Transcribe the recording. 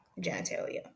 genitalia